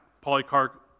Polycarp